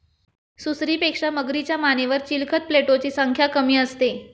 सुसरीपेक्षा मगरीच्या मानेवर चिलखत प्लेटोची संख्या कमी असते